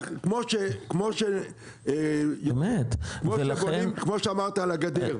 כמו ש- -- אמת ולכן --- כמו שאמרת על הגדר.